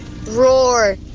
Roar